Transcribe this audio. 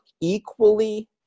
equally